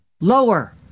lower